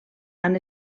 han